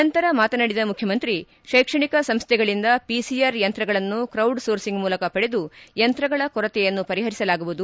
ನಂತರ ಮಾತನಾಡಿದ ಮುಖ್ಯಮಂತ್ರಿ ಶೈಕ್ಷಣಿಕ ಸಂಸ್ಥೆಗಳಿಂದ ಪಿಸಿಆರ್ ಯಂತ್ರಗಳನ್ನು ಕ್ರೆಡ್ ಸೋರ್ಸಿಂಗ್ ಮೂಲಕ ಪಡೆದು ಯಂತ್ರಗಳ ಕೊರತೆ ಪರಿಪರಿಸಲಾಗುವುದು